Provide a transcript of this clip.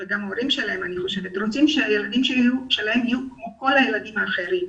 הם וההורים שלהם רוצים שהם יהיו כמו כל הילדים האחרים.